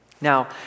Now